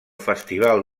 festival